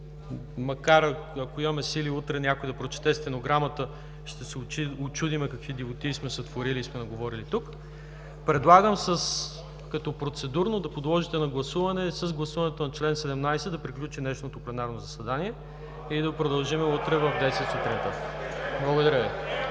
утре, ако имаме сили някой да прочете стенограмата, ще се учудим какви дивотии сме сътворили и сме наговорили тук. Предлагам процедурно да подложите на гласуване – с гласуването на чл. 17 да приключи днешното пленарно заседание и да продължим утре в 10,00 часа сутринта. (Възгласи